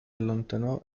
allontanò